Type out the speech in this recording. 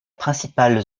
principale